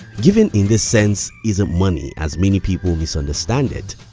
giving in this sense isn't money as many people misunderstand it.